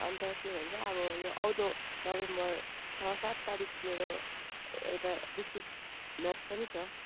अनि त के भन्छ अब आउँदो नभेम्बर छ सात तारिक मेरो एउटा डिस्ट्रक्ट म्याच पनि छ